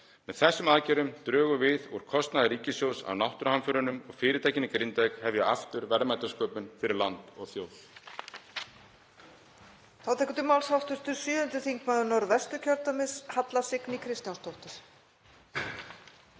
Með þessum aðgerðum drögum við úr kostnaði ríkissjóðs af náttúruhamförunum og fyrirtækin í Grindavík hefja aftur verðmætasköpun fyrir land og þjóð.